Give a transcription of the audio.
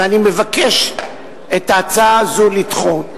ואני מבקש את ההצעה הזאת לדחות,